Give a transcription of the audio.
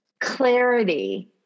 clarity